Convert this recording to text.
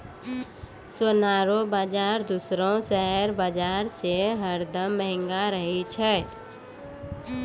सोना रो बाजार दूसरो शेयर बाजार से हरदम महंगो रहै छै